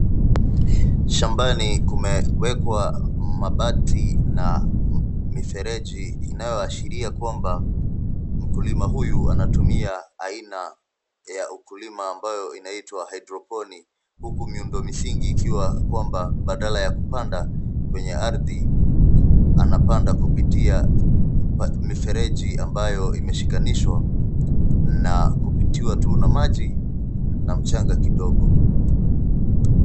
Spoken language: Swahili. Shambani kumewekwa mabati na mifereji inayoashiria kwamba mkulima huyu anatumia aina ya ukulima ambayo inaitwa hydroponic huku miundo misingi ikiwa kwamba badala ya kupanda kwenye ardhi, anapanda kupitia mifereji ambayo imeshikanishwa na kupitiwa tu na maji na mchanga kidogo.